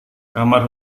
kamar